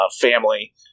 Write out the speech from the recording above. family